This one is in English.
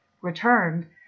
returned